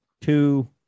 two